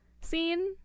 scene